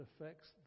affects